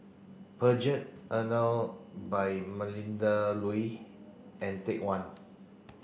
Peugeot Emel by Melinda Looi and Take One